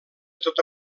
tota